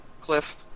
cliff